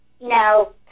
no